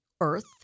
earth